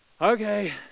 okay